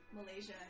Malaysia